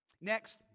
Next